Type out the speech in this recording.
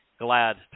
glad